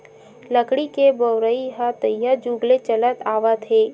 लकड़ी के बउरइ ह तइहा जुग ले चलत आवत हे